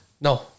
No